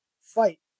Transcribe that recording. fight